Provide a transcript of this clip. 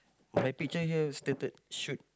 my picture here stated should